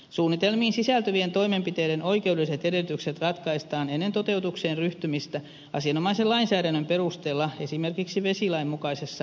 suunnitelmiin sisältyvien toimenpiteiden oikeudelliset edellytykset ratkaistaan ennen toteutukseen ryhtymistä asianomaisen lainsäädännön perusteella esimerkiksi vesilain mukaisessa lupamenettelyssä